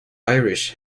irish